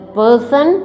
person